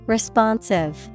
Responsive